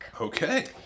Okay